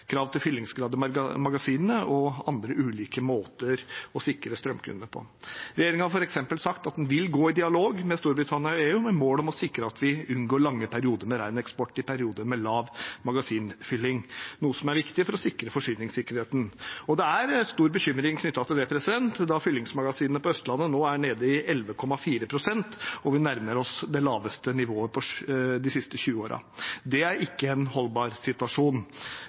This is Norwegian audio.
krav til fyllingsgrad i magasinene og andre ulike måter å sikre strømkundene på. Regjeringen har f.eks. sagt at den vil gå i dialog med Storbritannia og EU med mål om å sikre at vi unngår lange perioder med ren eksport i perioder med lav magasinfylling, noe som er viktig for å sikre forsyningssikkerheten. Det er stor bekymring knyttet til det da fyllingsgraden på Østlandet nå er nede i 11,4 pst. og vi nærmer oss det laveste nivået på de siste 20 årene. Det er ikke en holdbar situasjon,